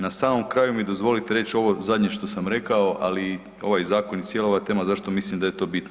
Na samom kraju mi dozvolite reć ovo zadnje što sam rekao, ali ovaj zakon i cijela ova tema zašto mislim da je to bitno.